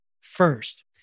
First